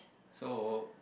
so